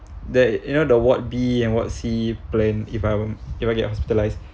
that you know the ward B and ward C plan if I am if I might get hospitalised